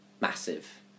massive